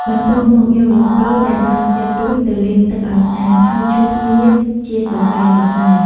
បន្ទាប់មកយកល្ពៅដែលបានចិតរួចទៅលាងទឹកឲ្យស្អាត ហើយឈូសវាជាសរសៃៗ។